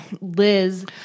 Liz